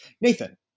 Nathan